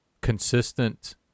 consistent